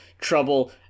trouble